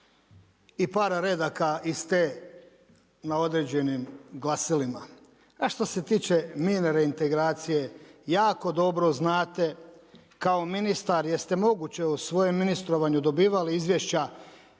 i para redaka iz te na određenim glasilima. A što se tiče mirne reintegracije, jako dobro znate kao ministar jer ste moguće u svojem ministrovanju dobivali izvješća